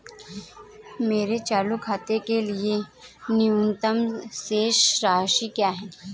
मेरे चालू खाते के लिए न्यूनतम शेष राशि क्या है?